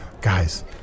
Guys